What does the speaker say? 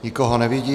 Nikoho nevidím.